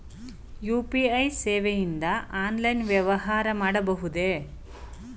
UPI ಸೇವೆಯಿಂದ online ವ್ಯವಹಾರ ಮಾಡಬಹುದೇ?